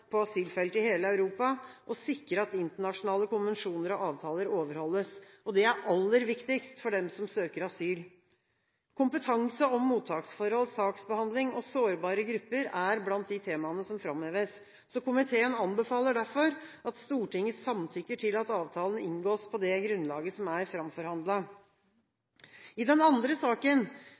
på asylfeltet i hele Europa og sikre at internasjonale konvensjoner og avtaler overholdes. Det er aller viktigst for dem som søker asyl. Kompetanse om mottaksforhold, saksbehandling og sårbare grupper er blant de temaene som framheves. Komiteen anbefaler derfor at Stortinget samtykker til at avtalen inngås på det grunnlaget som er framforhandlet. I den andre saken